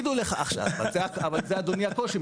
אבל זה אדוני הקושי.